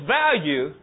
value